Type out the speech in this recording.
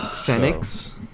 Phoenix